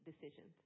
decisions